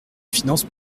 finances